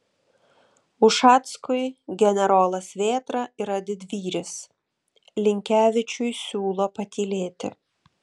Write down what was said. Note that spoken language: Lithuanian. ušackui generolas vėtra yra didvyris linkevičiui siūlo patylėti